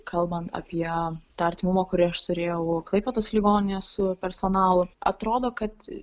kalbant apie tą artimumą kurį aš turėjau klaipėdos ligoninė su personalu atrodo kad